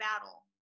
battle